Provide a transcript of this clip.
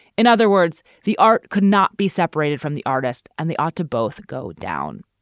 in other words, the art could not be separated from the artist, and they ought to both go down.